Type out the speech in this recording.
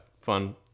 fun